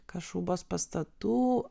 kašubos pastatų